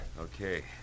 Okay